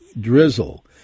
drizzle